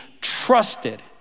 trusted